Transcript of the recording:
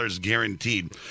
guaranteed